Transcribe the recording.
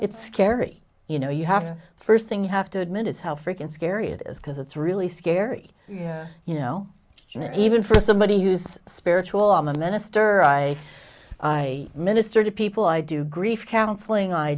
it's scary you know you have first thing you have to admit is how frickin scary it is because it's really scary you know even for somebody who's spiritual i'm a minister i minister to people i do grief counseling i